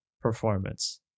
performance